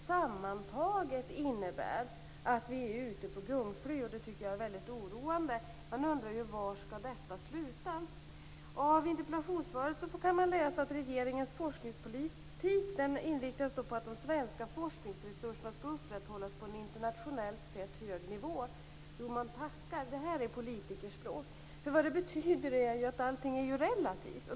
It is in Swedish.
Detta innebär sammantaget att vi är ute på ett gungfly, och det tycker jag är väldigt oroande. Man undrar ju var detta skall sluta. I interpellationssvaret kan man läsa att regeringens forskningspolitik inriktas på att de svenska forskningsresurserna skall upprätthållas på en internationellt sett hög nivå. Jo, man tackar. Det här är politikerspråk. Vad det betyder är ju att allting är relativt.